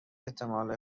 احتمال